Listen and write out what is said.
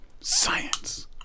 science